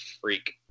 freak